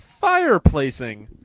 Fireplacing